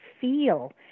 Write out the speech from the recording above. feel